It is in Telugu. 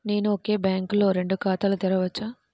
నేను ఒకే బ్యాంకులో రెండు ఖాతాలు తెరవవచ్చా?